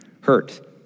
Hurt